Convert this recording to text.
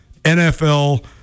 NFL